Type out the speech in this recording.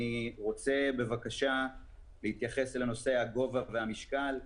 אני רוצה להתייחס לנושא הגובה והמשקל,